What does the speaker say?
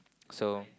so